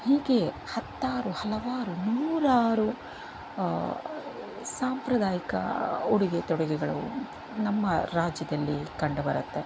ಹೀಗೆ ಹತ್ತಾರು ಹಲವಾರು ನೂರಾರು ಸಾಂಪ್ರದಾಯಿಕ ಉಡುಗೆ ತೊಡುಗೆಗಳು ನಮ್ಮ ರಾಜ್ಯದಲ್ಲಿ ಕಂಡು ಬರತ್ತೆ